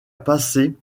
passé